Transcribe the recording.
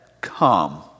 come